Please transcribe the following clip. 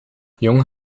jong